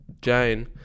jane